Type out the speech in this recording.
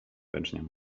pęczniał